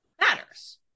matters